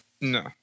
no